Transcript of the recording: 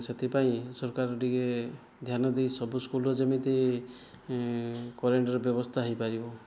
ସେଥିପାଇଁ ସରକାର ଟିକେ ଧ୍ୟାନ ଦେଇ ସବୁ ସ୍କୁଲର ଯେମିତି କରେଣ୍ଟର ବ୍ୟବସ୍ଥା ହୋଇପାରିବ